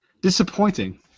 disappointing